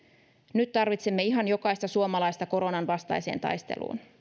nyt tarvitsemme ihan jokaista suomalaista koronanvastaiseen taisteluun